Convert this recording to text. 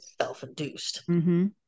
self-induced